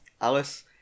Alice